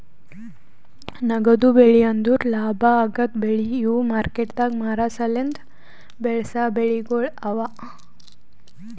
ನಗದು ಬೆಳಿ ಅಂದುರ್ ಲಾಭ ಆಗದ್ ಬೆಳಿ ಇವು ಮಾರ್ಕೆಟದಾಗ್ ಮಾರ ಸಲೆಂದ್ ಬೆಳಸಾ ಬೆಳಿಗೊಳ್ ಅವಾ